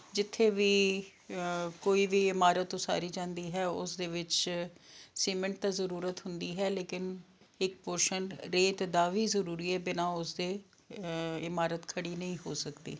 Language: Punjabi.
ਜਿੱਥੇ ਵੀ ਕੋਈ ਵੀ ਇਮਾਰਤ ਉਸਾਰੀ ਜਾਂਦੀ ਹੈ ਉਸ ਦੇ ਵਿੱਚ ਸੀਮੈਂਟ ਤਾਂ ਜ਼ਰੂਰਤ ਹੁੰਦੀ ਹੈ ਲੇਕਿਨ ਇੱਕ ਪੋਰਸ਼ਨ ਰੇਤ ਦਾ ਵੀ ਜ਼ਰੂਰੀ ਹੈ ਬਿਨਾ ਉਸਦੇ ਇਮਾਰਤ ਖੜ੍ਹੀ ਨਹੀਂ ਹੋ ਸਕਦੀ